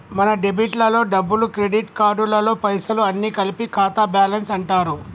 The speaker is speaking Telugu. మన డెబిట్ లలో డబ్బులు క్రెడిట్ కార్డులలో పైసలు అన్ని కలిపి ఖాతా బ్యాలెన్స్ అంటారు